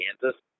Kansas